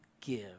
give